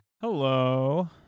Hello